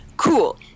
Cool